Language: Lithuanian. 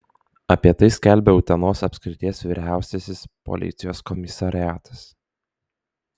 apie tai skelbia utenos apskrities vyriausiasis policijos komisariatas